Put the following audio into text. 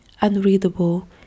unreadable